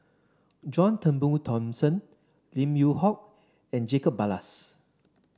John Turnbull Thomson Lim Yew Hock and Jacob Ballas